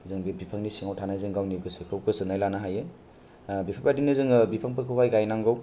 जों बे बिफांनि सिङाव थाना गावनि गोसोखौ गोजोन्नाय लानो हायो बेफोर बादिनो जोङो बिफांफोरखौ हाय गायनांगौ